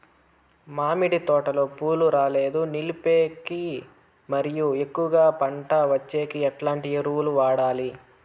మామిడి తోటలో పూలు రాలేదు నిలిపేకి మరియు ఎక్కువగా పంట వచ్చేకి ఎట్లాంటి ఎరువులు వాడాలి?